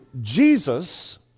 Jesus